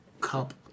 cup